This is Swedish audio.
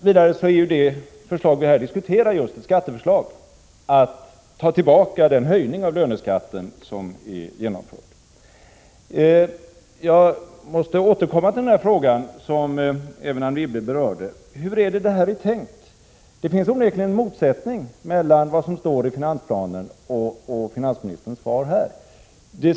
Vidare är det förslag som vi här diskuterar, ett tillbakatagande av den genomförda höjningen av löneskatten, ett skatteförslag. Jag måste återkomma till den fråga som även Anne Wibble berörde: Hur är detta tänkt? Det finns onekligen en motsättning mellan vad som står i finansplanen och finansministerns svar här.